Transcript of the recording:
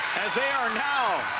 as they are now